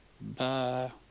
Bye